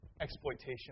exploitation